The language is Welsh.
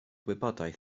wybodaeth